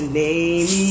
name